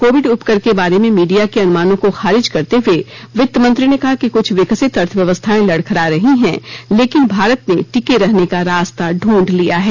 Covid उपकर के बारे में मीडिया के अनुमानों को खारिज करते हुए वित्तमंत्री ने कहा कि कुछ विकसित अर्थव्यवस्थाएं लड़खड़ा रही हैं लेकिन भारत ने टिके रहने का रास्ता ढूंढ लिया है